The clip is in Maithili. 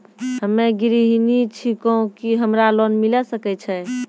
हम्मे गृहिणी छिकौं, की हमरा लोन मिले सकय छै?